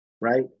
right